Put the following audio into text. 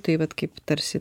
tai vat kaip tarsi